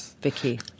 Vicky